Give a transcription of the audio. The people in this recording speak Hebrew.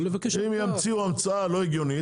אם ימציאו המצאה לא הגיונית,